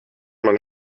man